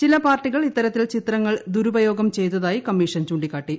ചില പാർട്ടികൾ ഇത്തരത്തിൽ ചിത്രങ്ങൾ ദുരുപയോഗം ചെയ്തതായി കമ്മീഷൻ ചൂണ്ടിക്കാട്ടി